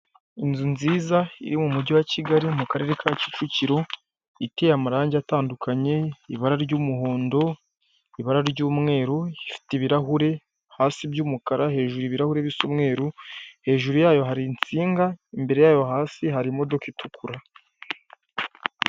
Inzu nziza iri mu mujyi wa Kigali mu karere ka kicukiro, iteye amarangi atandukanye ibara ry'umuhondo, ibara ry'umweru, ifite ibirahuri hasi by'umukara, hejuru hari ibirahuri by'umweru, hejuru yayo hari insinga, imbere yayo hasi hari imodoka itukura.